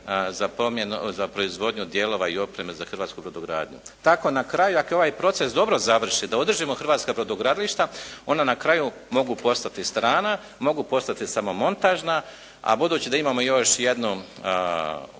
za proizvodnju dijelova i opreme za hrvatsku brodogradnju. Tako na kraju ako ovaj proces dobro završi da održimo hrvatska brodogradilišta, ona na kraju mogu postati strana, mogu postati samo montažna, a budući da imamo još jedno